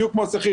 בדיוק כמו השכיר.